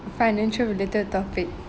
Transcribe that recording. financial related topic